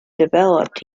developed